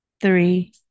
three